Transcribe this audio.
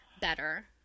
better